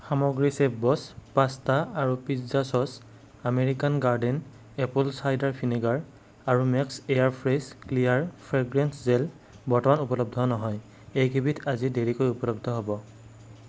সামগ্ৰী chef boss pasta আৰু pizza sauce American Garden apple cider vinegar আৰু max airfresh clear fragrance gel বৰ্তমান উপলব্ধ নহয় এইকেইবিধ আজি দেৰিকৈ উপলব্ধ হ'ব